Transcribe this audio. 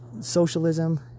socialism